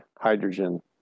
hydrogen